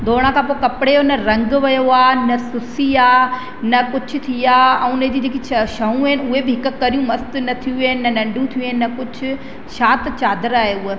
धोइण खां पोइ कपिड़े जो न रंग वियो आहे न सुसी आहे न कुझु थी आहे ऐं उन जी जेकी छ छऊं आहिनि उहे बि हिकु करी मस्तु निकतियूं आहिनि न नंढियूं थियूं आहिनि न कुझु छा त चादर आहे हूअ